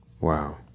Wow